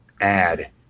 add